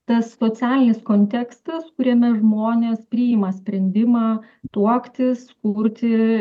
tas socialinis kontekstas kuriame žmonės priima sprendimą tuoktis kurti